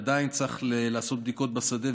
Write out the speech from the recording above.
עדיין צריך לעשות בדיקות בשדה,